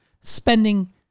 spending